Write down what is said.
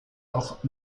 auch